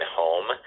home